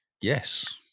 Yes